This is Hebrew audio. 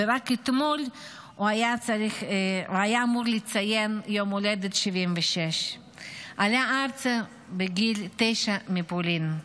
ורק אתמול הוא היה אמור לציין יום הולדת 76. עלה ארצה בגיל תשע מפולין.